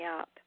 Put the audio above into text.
up